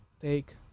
take